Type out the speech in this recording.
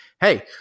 hey